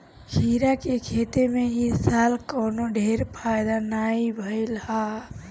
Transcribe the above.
खीरा के खेती में इ साल कवनो ढेर फायदा नाइ भइल हअ